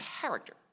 character